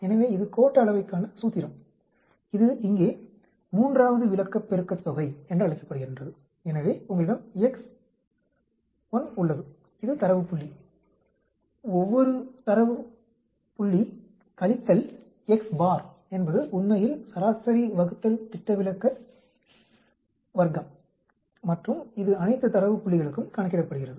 எனவே இது கோட்ட அளவைக்கான சூத்திரம் இது இங்கே மூன்றாவது விலக்கப் பெருக்கத்தொகை என்று அழைக்கப்படுகிறது எனவே உங்களிடம் xI உள்ளது இது தரவு புள்ளி ஒவ்வொரு தரவு புள்ளி கழித்தல் என்பது உண்மையில் சராசரி வகுத்தல் திட்டவிலக்க கனசதுரம் மற்றும் இது அனைத்து தரவு புள்ளிகளுக்கும் கணக்கிடப்படுகிறது